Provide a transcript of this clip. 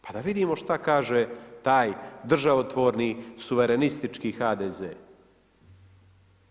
Pa da vidimo što kaže taj državotvorni suverenistički HDZ-e.